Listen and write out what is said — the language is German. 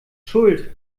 schuld